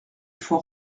faut